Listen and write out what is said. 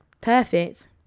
Perfect